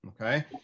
okay